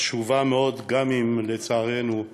חשובה מאוד, גם אם, לצערנו,